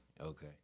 okay